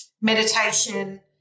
meditation